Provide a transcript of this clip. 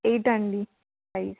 eight అండి size